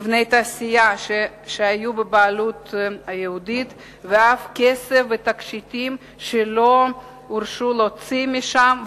מבני תעשייה שהיו בבעלות יהודית ואף כסף ותכשיטים שלא הורשו להוציא משם,